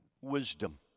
wisdom